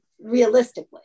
realistically